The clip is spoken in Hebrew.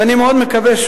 ואני מאוד מקווה,